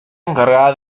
encargada